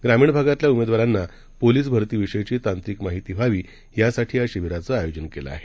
ग्रामीण भागातल्या उमेदवारांना पोलीस भरतीविषयीची तांत्रिक माहिती व्हावी यासाठी या शिबीराचं आयोजन केलं आहे